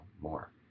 more